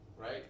right